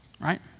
Right